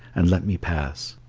and let me pass.